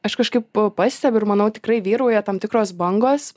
aš kažkaip pa pastebiu ir manau tikrai vyrauja tam tikros bangos